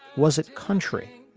was it country?